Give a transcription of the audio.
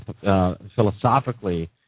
philosophically